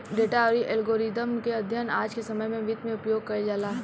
data अउरी algorithm के अध्ययन आज के समय में वित्त में उपयोग कईल जाला